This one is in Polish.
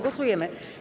Głosujemy.